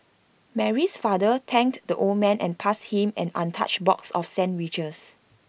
Mary's father thanked the old man and passed him an untouched box of sandwiches